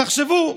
תחשבו,